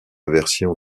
version